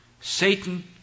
Satan